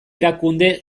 erakunde